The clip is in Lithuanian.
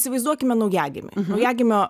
įsivaizduokime naujagimį naujagimio